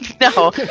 no